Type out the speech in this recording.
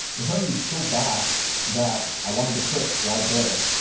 it hurt me so bad that i wanted to quit right there.